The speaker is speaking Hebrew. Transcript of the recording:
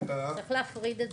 צריך להפריד את זה.